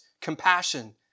Compassion